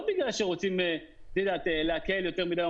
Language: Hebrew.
לא בגלל שרוצים להקל יותר מידי,